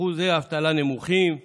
אחוזי אבטלה נמוכים ועוד,